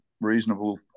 reasonable